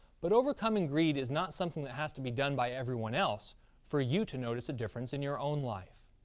but, overcoming greed is not something that has to be done by everyone else for you to notice a difference in your own life.